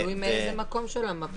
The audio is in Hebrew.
תלוי מאיזה מקום של המפה.